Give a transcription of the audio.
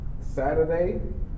Saturday